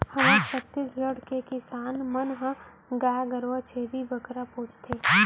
हमर छत्तीसगढ़ के किसान मन ह गाय गरूवा, छेरी बोकरा पोसथें